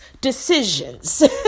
decisions